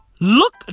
look